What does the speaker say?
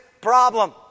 problem